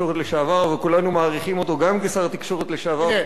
וכולנו מעריכים אותו גם כשר התקשורת לשעבר וגם כיושב-ראש.